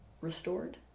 restored